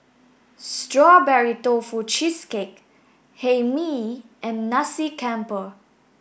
strawberry tofu cheesecake hae mee and nasi campur